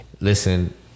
listen